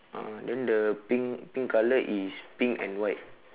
a'ah then the pink pink colour is pink and white